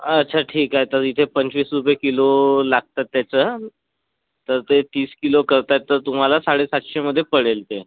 अच्छा ठीक आहे तर इथे पंचवीस रुपये किलो लागतात त्याचं तर ते तीस किलो करत आहेत तर तुम्हाला साडे सातशेमधे पडेल ते